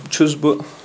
چھُس بہٕ